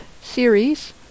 series